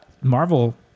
Marvel